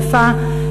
חיפה,